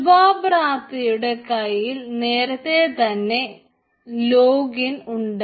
ശുഭബ്രതയുടെ കയ്യിൽ നേരത്തെ തന്നെ ലോഗിൻ ഉണ്ട്